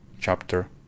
Chapter